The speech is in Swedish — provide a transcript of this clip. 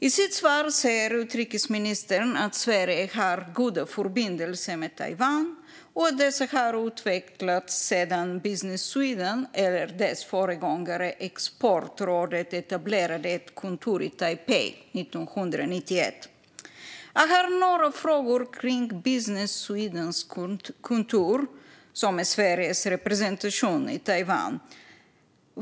I sitt svar säger utrikesministern att Sverige har goda förbindelser med Taiwan och att dessa har utvecklats sedan Business Swedens föregångare Exportrådet etablerade ett kontor i Taipei 1991. Jag har några frågor om Business Swedens kontor, som är Sveriges representation i Taiwan.